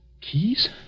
Keys